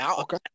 Okay